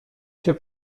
się